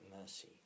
mercy